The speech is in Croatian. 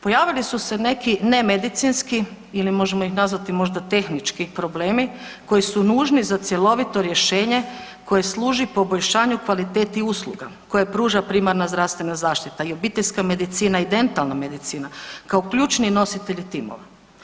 Pojavili su se neki nemedicinski ili možemo ih nazvati, tehnički problemi koji su nužni za cjelovito rješenje koje služi poboljšanju kvaliteti usluga koje pruža primarna zdravstvena zaštita i obiteljska medicina i dentalna medicina kao ključni nositelji timova.